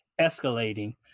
escalating